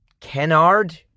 Kennard